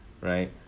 right